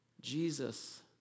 Jesus